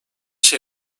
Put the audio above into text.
şey